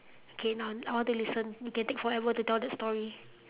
okay now I want to listen you can take forever to tell that story